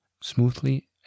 smoothly